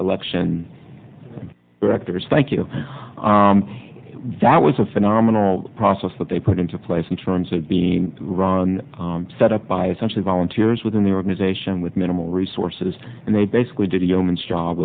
election directors thank you that was a phenomenal process that they put into place in terms of being set up by essentially volunteers within the organization with minimal resources and they basically did yeoman's job